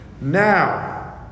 Now